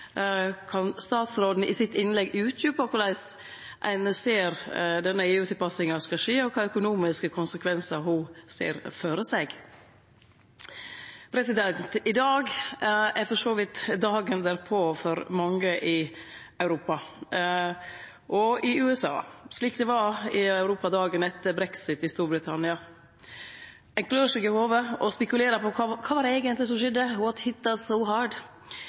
Kan statsråden i innlegget sitt utdjupe korleis ein ser at denne EU-tilpassinga skal skje, og kva økonomiske konsekvensar ho ser føre seg? I dag er det for så vidt dagen derpå for mange i Europa og i USA, slik det var i Europa dagen etter brexit i Storbritannia. Ein klør seg i hovudet og spekulerer på kva det var som eigentleg skjedde: «What hit us so hard?»